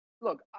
Look